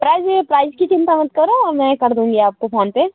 prize price की चिंता मत करो मैं कर दूँगी आपको फोनपे